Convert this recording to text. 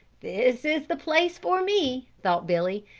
this is the place for me, thought billy,